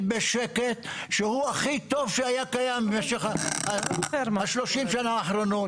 בשקט שהוא הכי טוב שהיה קיים במשך ה-30 שנה האחרונות.